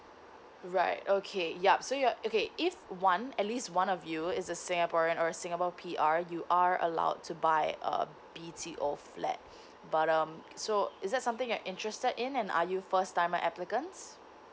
right okay yup so ya okay if one at least one of you is a singaporean or a singapore P_R you are allowed to buy a B_T_O flat but um so it's something you're interested in and are you first timer applicants